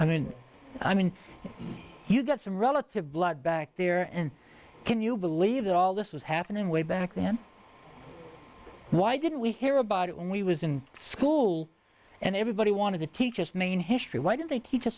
then i mean you've got some relative blood back there and can you believe that all this was happening way back then why didn't we hear about it when we was in school and everybody wanted to teach us maine history why didn't they teach